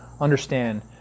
understand